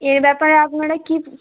এ ব্যাপারে আপনারা কী